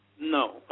No